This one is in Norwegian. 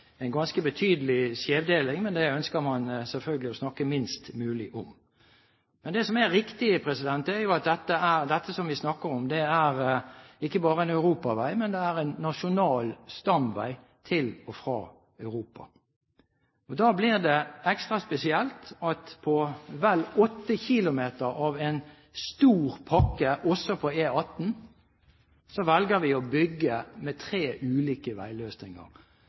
en ganske betydelig skjevdeling, men det ønsker man selvfølgelig å snakke minst mulig om. Men det som er riktig, er jo at dette som vi snakker om, er ikke bare en europavei, men det er en nasjonal stamvei til og fra Europa. Da blir det ekstra spesielt at på vel 8 km av en stor pakke også på E18, velger vi å bygge med tre ulike veiløsninger.